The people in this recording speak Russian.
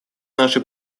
наши